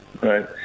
right